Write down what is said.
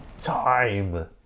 Time